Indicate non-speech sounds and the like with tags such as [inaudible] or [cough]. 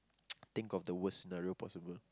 [noise] think of the worst scenario possible